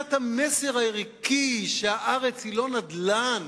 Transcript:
מבחינת המסר הערכי, שהארץ היא לא נדל"ן,